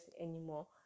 anymore